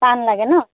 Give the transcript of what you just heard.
পাণ লাগে ন